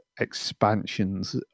expansions